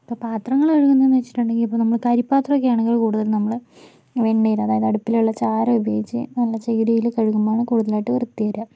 ഇപ്പോൾ പാത്രങ്ങൾ കഴുകുന്നതെന്ന് വെച്ചിട്ടുണ്ടെങ്കിൽ ഇപ്പോൾ നമ്മൾ കരിപ്പാത്രം ഒക്കെയാണെങ്കിൽ കൂടുതൽ നമ്മൾ വെണ്ണീര് അതായത് അടുപ്പിൽ ഉള്ള ചാരം ഉപയോഗിച്ച് നല്ല ചകിരിയിൽ കഴുകുമ്പോഴാണ് കൂടുതലയിട്ട് വൃത്തി വരുക